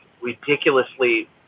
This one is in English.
ridiculously